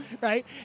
right